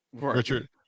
Richard